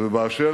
ובאשר